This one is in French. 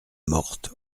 morte